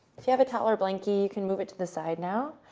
if you have a towel or blanket you can move it to the side now.